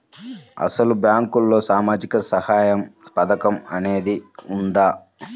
అసలు బ్యాంక్లో సామాజిక సహాయం పథకం అనేది వున్నదా?